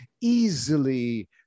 easily